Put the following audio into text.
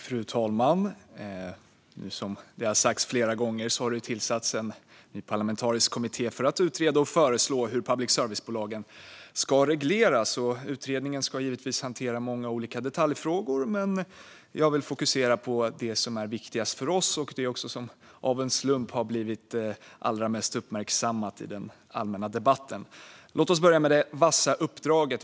Fru talman! Som har sagts flera gånger har det tillsatts en ny parlamentarisk kommitté som ska utreda och föreslå hur public service-bolagen ska regleras. Utredningen ska givetvis hantera många olika detaljfrågor, men jag vill fokusera på det som är viktigast för oss och det som av en slump har blivit allra mest uppmärksammat i den allmänna debatten. Låt oss börja med det vassa uppdraget.